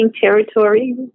territory